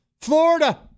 Florida